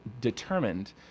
determined